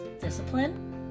discipline